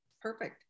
perfect